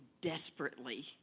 desperately